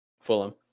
Fulham